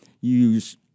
use